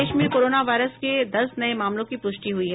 देश में corona virus के दस नए मामलों की पुष्टि हुई है